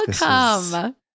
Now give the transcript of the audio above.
welcome